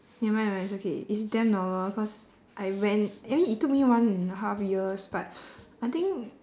never mind ah it's okay it's damn normal cause I went I mean it took me one and a half years but I think